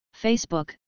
Facebook